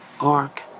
ark